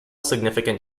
significant